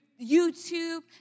YouTube